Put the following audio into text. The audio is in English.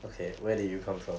okay where did you come from